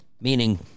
meaning